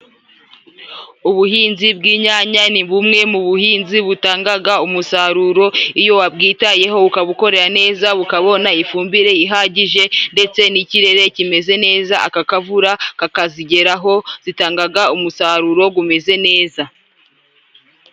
Ubuhinzi bw'inyanya ni bumwe mu buhinzi butangaga umusaruro iyo wabwitayeho ukabukorera neza, ukabona ifumbire ihagije ndetse n'ikirere kimeze neza, aka kavura kakazigeraho, zitangaga umusaruro umeze neza.